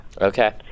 Okay